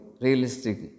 realistic